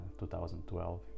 2012